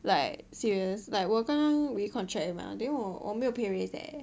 like serious like 我刚刚 recontract 了 mah then 我我没有 pay raise leh